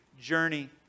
journey